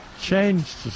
changed